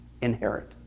inherit